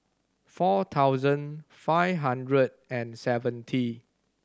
four thousand five hundred and seventy